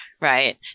right